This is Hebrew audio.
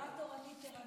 בתאריך 18 ביוני השנה,